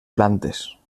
plantes